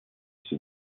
все